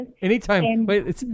Anytime